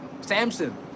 samson